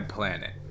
Planet